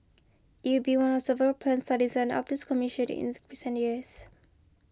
it be one of several plans studies and updates commissioned ins recent years